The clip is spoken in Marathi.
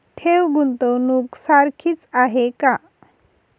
ठेव, गुंतवणूक सारखीच आहे का?